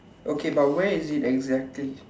okay but where is it exactly